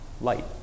light